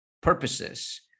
purposes